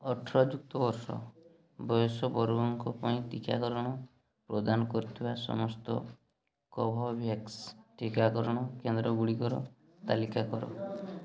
ଅଠର ଯୁକ୍ତ ବର୍ଷ ବୟସ ବର୍ଗଙ୍କ ପାଇଁ ଟିକାକରଣ ପ୍ରଦାନ କରୁଥିବା ସମସ୍ତ କୋଭୋଭ୍ୟାକ୍ସ୍ ଟିକାକରଣ କେନ୍ଦ୍ରଗୁଡ଼ିକର ତାଲିକା କର